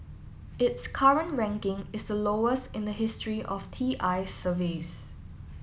its current ranking is the lowest in the history of T I's surveys